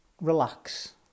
relax